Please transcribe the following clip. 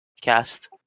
cast